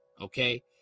okay